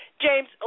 James